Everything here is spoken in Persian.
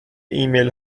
ایمیل